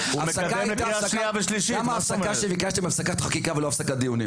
למה ההפסקה שביקשתם היא הפסקת חקיקה ולא הפסקת דיונים?